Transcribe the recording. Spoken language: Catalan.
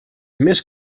més